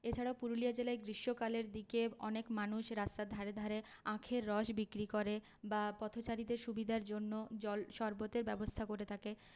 এছাড়াও পুরুলিয়া জেলায় গ্রীষ্মকালের দিকে অনেক মানুষ রাস্তার ধারে ধারে আখের রস বিক্রি করে বা পথচারীদের সুবিধার জন্য জল শরবতের ব্যবস্থা করে থাকে